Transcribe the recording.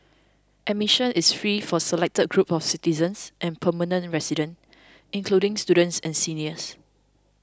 admission is free for selected groups of citizens and permanent residents including students and seniors